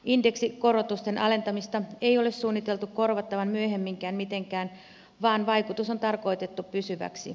indeksikorotusten alentamista ei ole suunniteltu korvattavan myöhemminkään mitenkään vaan vaikutus on tarkoitettu pysyväksi